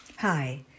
Hi